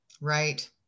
Right